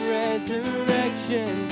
resurrection